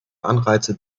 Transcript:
anreize